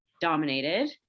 dominated